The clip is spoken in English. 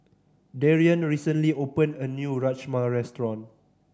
Darien recently opened a new Rajma Restaurant